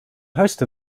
host